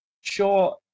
sure